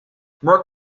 more